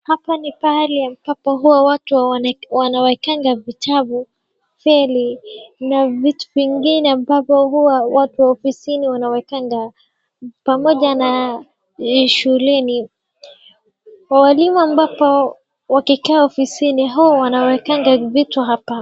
Hapa ni pahali ambapo huwa watu wanaekanga vitabu, seli na vitu vingine ambazo watu wa ofisini huwa wanaekanga pamoja na shuleni, walimu ambao huwa wakikaa ofisini huwa wanaekanga vitu hapa.